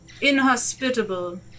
inhospitable